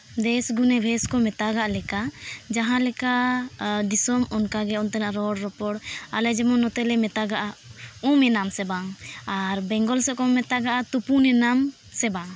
ᱫᱮᱥ ᱜᱩᱱᱮ ᱵᱷᱮᱥ ᱠᱚ ᱢᱮᱛᱟᱜ ᱞᱮᱠᱟ ᱡᱟᱦᱟᱸ ᱞᱮᱠᱟ ᱫᱤᱥᱚᱢ ᱚᱱᱠᱟᱜᱮ ᱚᱱᱛᱮᱱᱟᱜ ᱨᱚᱲᱼᱨᱚᱯᱚᱲ ᱟᱞᱮ ᱡᱮᱢᱚᱱ ᱱᱚᱛᱮᱞᱮ ᱢᱮᱛᱟᱜᱼᱟ ᱩᱢ ᱮᱱᱟᱢ ᱥᱮ ᱵᱟᱝ ᱟᱨ ᱵᱮᱝᱜᱚᱞ ᱥᱮᱫ ᱠᱚ ᱢᱮᱛᱟᱜᱼᱟ ᱛᱩᱯᱩᱱ ᱮᱱᱟᱢ ᱥᱮ ᱵᱟᱝ